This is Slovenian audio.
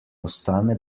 ostane